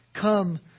come